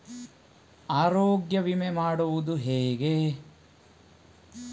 ಆರೋಗ್ಯ ವಿಮೆ ಮಾಡುವುದು ಹೇಗೆ?